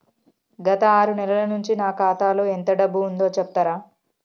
గత ఆరు నెలల నుంచి నా ఖాతా లో ఎంత డబ్బు ఉందో చెప్తరా?